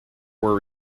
were